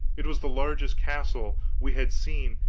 it was the largest castle we had seen,